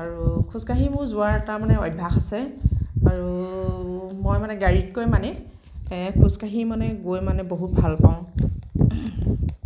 আৰু খোজকাঢ়ি মোৰ যোৱাৰ তাৰমানে অভ্যাস আছে আৰু মই মানে গাড়ীতকৈ মানে খোজকাঢ়ি মানে গৈ মানে বহুত ভাল পাওঁ